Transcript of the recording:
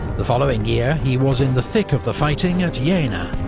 the following year, he was in the thick of the fighting at yeah jena,